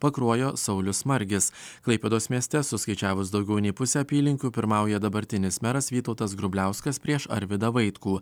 pakruojo saulius margis klaipėdos mieste suskaičiavus daugiau nei pusę apylinkių pirmauja dabartinis meras vytautas grubliauskas prieš arvydą vaitkų